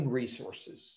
resources